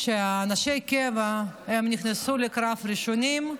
אנשי הקבע נכנסו לקרב ראשונים,